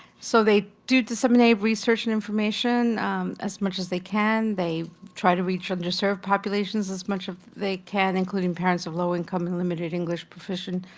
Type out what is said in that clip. so they do disseminate research and information as much as they can. they try to reach underserved populations as much as they can, including parents of low income and limited english proficiency,